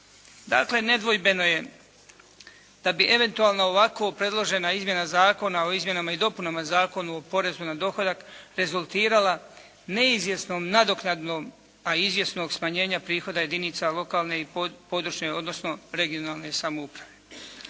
Dakle, nedvojbeno je da bi eventualno ovako predložena izmjena zakona o izmjenama i dopunama Zakona o porezu na dohodak rezultirala neizvjesnom nadoknadom a izvjesnog smanjenja prihoda jedinica lokalne i područne odnosno regionalne samouprave.